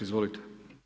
Izvolite.